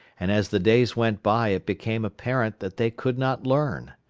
and as the days went by it became apparent that they could not learn.